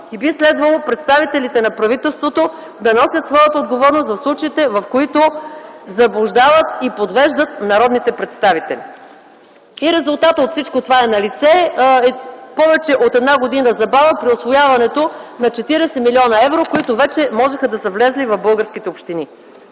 и би следвало представителите на правителството да носят своята отговорност в случаите, в които заблуждават и подвеждат народните представители. Резултатът от всичко това е налице. Повече от една година забава при усвояването на 40 млн. евро, които вече можеха да са влезли в българските общини.